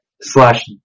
Slash